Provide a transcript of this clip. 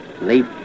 Leap